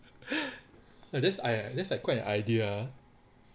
like this quite an idea ah